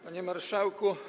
Panie Marszałku!